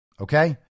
Okay